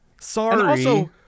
Sorry